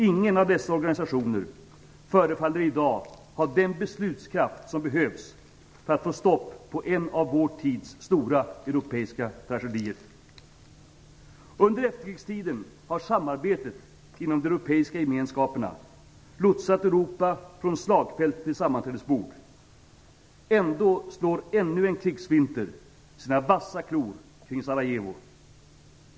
Ingen av dessa organisationer förefaller i dag ha den beslutskraft som behövs för att få stopp på en av vår tids stora europeiska tragedier. Under efterkrigstiden har samarbetet inom de europeiska gemenskaperna lotsat Europa från slagfält till sammanträdesbord. Ändå slår ännu en krigsvinter sina vassa klor kring Sarajevo.